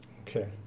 Okay